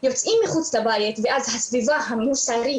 יוצאים מחוץ לבית ואז הסביבה המוסרית